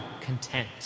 content